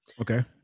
Okay